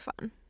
fun